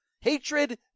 Hatred